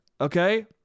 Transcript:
Okay